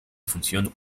función